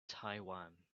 taiwan